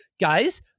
Guys